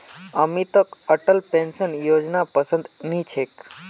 अमितक अटल पेंशन योजनापसंद नी छेक